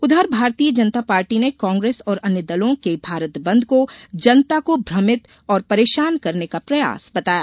उधर भारतीय जनता पार्टी ने कांग्रेस ओर अन्य दलों के भारत बंद को जनता को भ्रमित और परेशान करने का प्रयास बताया